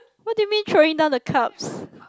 what do you mean throwing down the cups